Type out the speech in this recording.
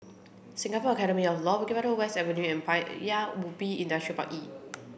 Singapore Academy of Law Bukit Batok West Avenue and Paya Ubi Industrial Park E